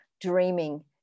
dreaming